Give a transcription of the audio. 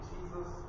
Jesus